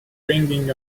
ringing